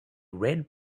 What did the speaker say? red